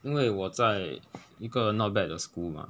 因为我在一个 not bad 的 school mah